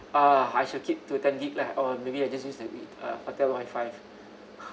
ah I should keep to ten gigabyte lah or maybe I just use the it uh hotel WI-FI